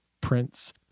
prince